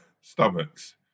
Stomachs